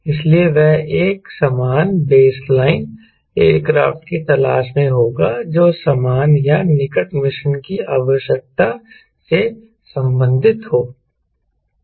इसलिए वह एक समान बेसलाइन एयरक्राफ्ट की तलाश में होगा जो समान या निकट मिशन की आवश्यकता से संबंधित हो